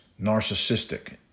narcissistic